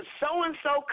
so-and-so